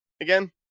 again